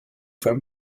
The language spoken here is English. from